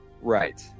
Right